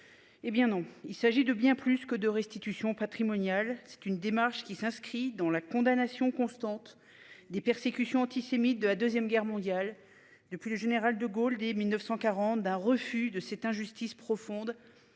Eh bien non, il s'agit de bien plus que de restitution patrimonial. C'est une démarche qui s'inscrit dans la condamnation constante des persécutions antisémites de la 2ème guerre mondiale depuis le général de Gaulle dès 1940 d'un refus de cette injustice profonde.